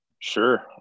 Sure